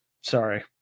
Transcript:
Sorry